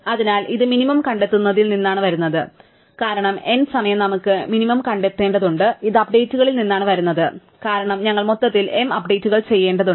അതിനാൽ ഇത് മിനിമം കണ്ടെത്തുന്നതിൽ നിന്നാണ് വരുന്നത് കാരണം n സമയം നമുക്ക് മിനിമം കണ്ടെത്തേണ്ടതുണ്ട് ഇത് അപ്ഡേറ്റുകളിൽ നിന്നാണ് വരുന്നത് കാരണം ഞങ്ങൾ മൊത്തത്തിൽ m അപ്ഡേറ്റുകൾ ചെയ്യേണ്ടതുണ്ട്